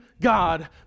God